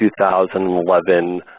2011